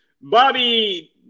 Bobby